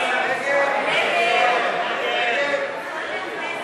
היו"ר יואל חסון: היו"ר יואל חסון: